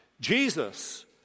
Jesus